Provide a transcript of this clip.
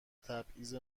تبعیض